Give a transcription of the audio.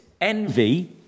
envy